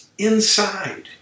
inside